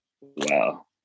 Wow